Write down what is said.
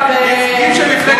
שאני שומע.